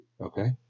Okay